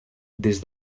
des